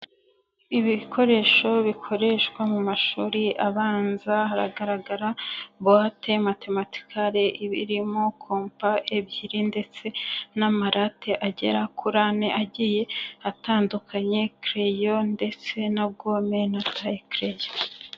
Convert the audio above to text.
Ibikoresho bikoreshwa mu mashuri abanza, hagaragara boate matematical, irimo kommpa ebyiri ndetse n'amarate agera kuri ane agiye atandukanye, creyo, ndetse na gome na tae cleo.